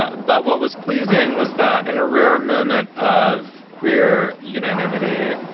ah but what was pleasing was that in a rare moment of queer unanimity,